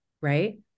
right